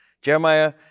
Jeremiah